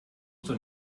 doch